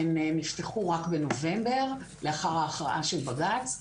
נפתחו רק בנובמבר לאחר ההכרעה של בג"ץ,